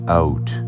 out